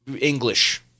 English